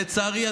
לצערי,